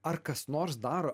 ar kas nors daro